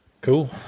Cool